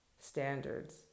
standards